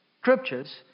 scriptures